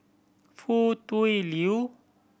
Foo Tui Liew